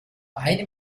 eine